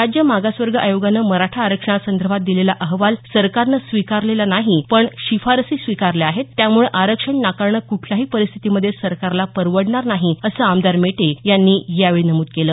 राज्य मागासवर्ग आयोगानं मराठा आरक्षणासंदर्भात दिलेला अहवाल सरकारनं स्वीकारलेला नाही पण शिफारसी स्वीकारल्या आहेत त्यामुळे आरक्षण नाकारणं कुठल्याही परिस्थितीमध्ये सरकारला परवडणार नाही असं आमदार मेटे यांनी यावेळी नमूद केलं